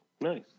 Nice